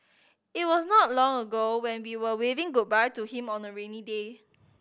it was not long ago when we were waving goodbye to him on a rainy day